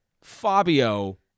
Fabio